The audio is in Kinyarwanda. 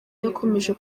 yakomeje